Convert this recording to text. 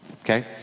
Okay